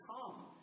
come